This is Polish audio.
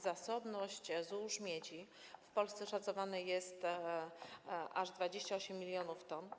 Zasobność złóż miedzi w Polsce szacowana jest na aż 28 mln t.